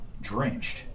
drenched